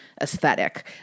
aesthetic